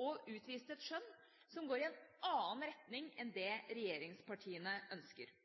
og utvist et skjønn som går i en annen retning enn det regjeringspartiene ønsker.